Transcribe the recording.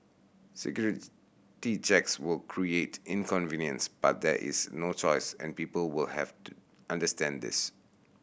security checks will create inconvenience but there is no choice and people will have to understand this